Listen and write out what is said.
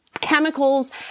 chemicals